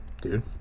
dude